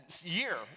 year